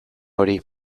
hori